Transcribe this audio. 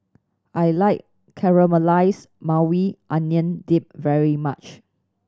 I like Caramelized Maui Onion Dip very much